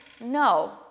No